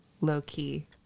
low-key